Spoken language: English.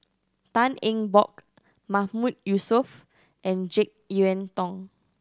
Tan Eng Bock Mahmood Yusof and Jek Yeun Thong